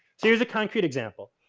here's a concrete example.